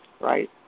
right